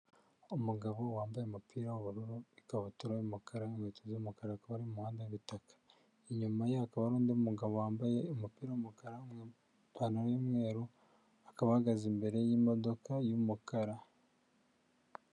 Umugabo wambaye umupira w'ubururu n'ikabutura y'umukara, n'inkweto z'umukara, mu muhanda w'igitaka, inyuma ye hakaba hari undi mugabo wambaye umupira w'umukara n'ipantaro y'umweru, akaba ahagaze imbere y'imodoka y'umukara.